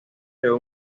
creó